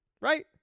Right